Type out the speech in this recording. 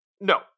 No